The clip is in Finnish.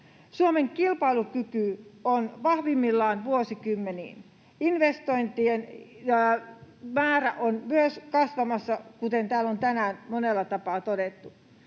Suomen kilpailukyky on vahvimmillaan vuosikymmeniin. Investointien määrä on myös kasvamassa, kuten täällä on tänään monella tapaa todettu.